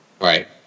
Right